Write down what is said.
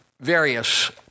various